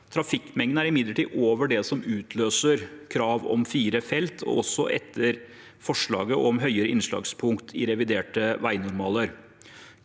Trafikkmengden er imidlertid over det som utløser krav om fire felt, også etter forslaget om høyere innslagspunkt i reviderte vegnormaler.